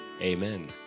Amen